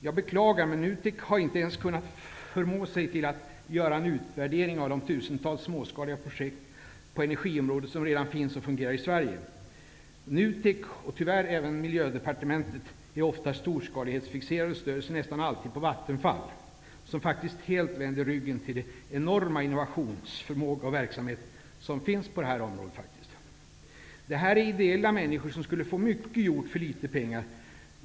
Jag beklagar, men NUTEK har inte ens kunnat förmå sig till att göra en utvärdering av de tusentals småskaliga projket på energiområdet som redan finns och fungerar i Sverige. NUTEK, och tyvärr även Miljödepartementet, är ofta storskalighetsfixerade och stödjer sig nästan alltid på Vattenfall, som helt vänder ryggen till den enorma innovationsverksamhet som faktiskt finns på det här området. Det här är människor som ägnar sig åt ideell verksamhet och som skulle få mycket gjort för litet pengar.